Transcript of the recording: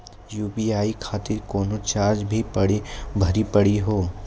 UPI खातिर कोनो charge भी भरी पड़ी हो?